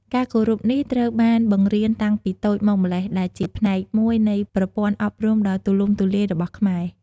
ការគោរពនេះត្រូវបានបង្រៀនតាំងពីតូចមកម្ល៉េះ ដែលជាផ្នែកមួយនៃប្រព័ន្ធអប់រំដ៏ទូលំទូលាយរបស់ខ្មែរ។